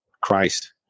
Christ